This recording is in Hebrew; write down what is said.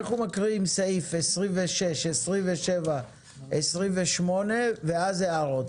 נקריא סעיפים 26, 27, 28 ואז הערות.